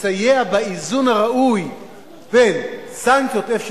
תסייע באיזון הראוי בין סנקציות איפה שצריך,